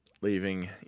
leaving